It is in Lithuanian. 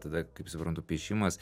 tada kaip suprantu piešimas